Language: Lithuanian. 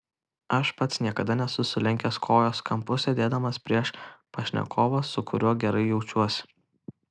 aš pats niekada nesu sulenkęs kojos kampu sėdėdamas prieš pašnekovą su kuriuo gerai jaučiuosi